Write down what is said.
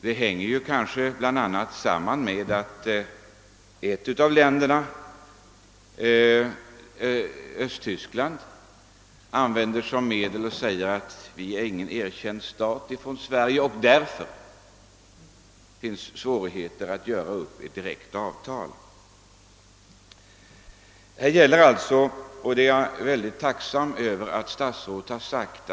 Det hänger bl.a. samman med att ett av länderna, Östtyskland, använder sig av sådana argument som att det landet inte är en av Sverige erkänd stat och att det därigenom föreligger svårigheter att göra upp ett ordentligt direkt avtal. Det gäller alltså här — och det är jag mycket tacksam över att statsrådet sagt i: sitt.